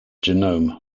genome